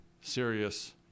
serious